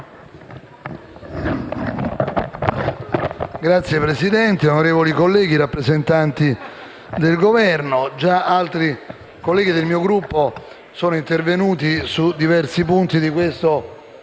Signor Presidente, onorevoli colleghi, rappresentante del Governo, già altri colleghi del mio Gruppo sono intervenuti su diversi punti di questo disegno